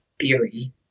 theory